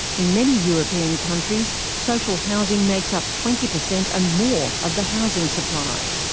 in many european countries, social housing makes up twenty percent and more of the housing supply.